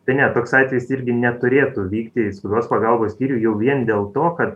tai ne toks atvejis irgi neturėtų vykti į svarios pagalbos skyrių jau vien dėl to kad